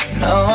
no